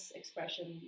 expression